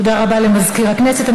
תודה רבה לסגן מזכירת הכנסת.